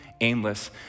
aimless